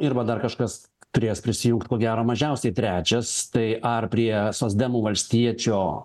ir va dar kažkas turės prisijungt ko gero mažiausiai trečias tai ar prie socdemų valstiečio